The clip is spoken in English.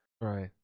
Right